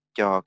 Cho